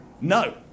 No